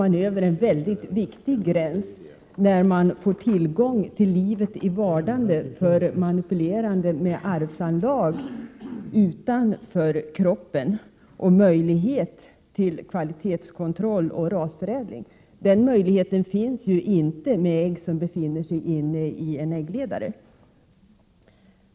Man överskrider en mycket viktig gräns när man får tillgång till ett liv i vardande för manipulerande med arvsanlag utanför kroppen och möjlighet till kvalitetskontroll och rasförädling. Den möjligheten finns ju inte med ägg som befinner sig inne i äggledaren.